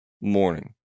morning